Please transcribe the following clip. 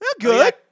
Good